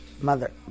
mother